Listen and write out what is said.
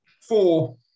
four